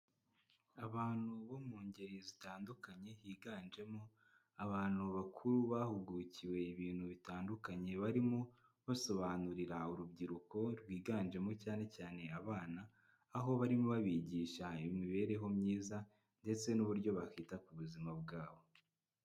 Abantu bo mu ngeri zitandukanye, higanjemo abantu bakuru bahugukiwe ibintu bitandukanye, barimo basobanurira urubyiruko rwiganjemo cyane cyane abana, aho barimo babigisha imibereho myiza ndetse n'uburyo bakita ku buzima bwabo.